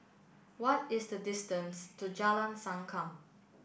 what is the distance to Jalan Sankam